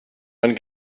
man